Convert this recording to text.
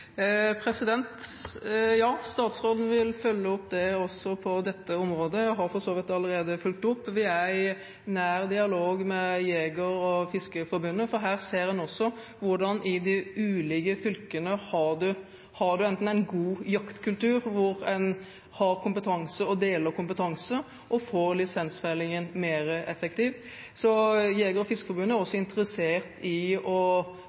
Ja, statsråden vil følge opp det også på dette området. Jeg har for så vidt allerede fulgt det opp. Vi er i nær dialog med Jeger- og Fiskerforbundet, for her ser en også hvordan det er i de ulike fylkene. Har man en god jaktkultur – hvor en har kompetanse og deler kompetanse – blir lisensfellingen mer effektiv. Jeger- og Fiskerforbundet er også interessert i å